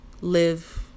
live